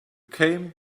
came